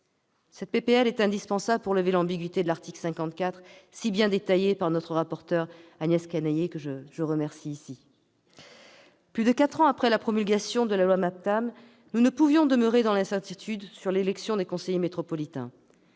de loi est indispensable pour lever l'ambiguïté de l'article 54 de la loi MAPTAM, si bien détaillée par notre rapporteur Agnès Canayer, que je remercie de son travail. Plus de quatre ans après la promulgation de la loi MAPTAM, nous ne pouvons demeurer dans l'incertitude sur l'élection des conseillers métropolitains.